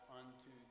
unto